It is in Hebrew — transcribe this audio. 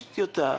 יש טיוטה.